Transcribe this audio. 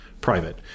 private